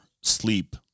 sleep